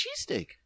cheesesteak